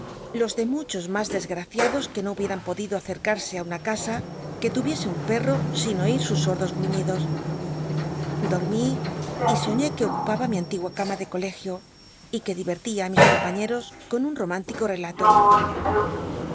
los de muchos mas desgraciados que no hubieran podido acercarse á una casa que tuviese un perro sin oir sus sordos gruñidos dormí y soñé que ocupaba mi antigua cama de colegio y que divertía ü mis compañeros con un romántico